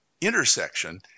intersection